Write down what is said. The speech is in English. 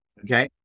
okay